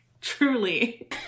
truly